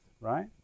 right